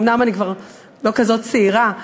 אומנם אני כבר לא כזאת צעירה,